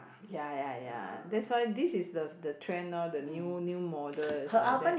ya ya ya that's why this is the the trend now the new new model is like that